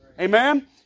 Amen